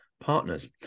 Partners